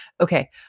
okay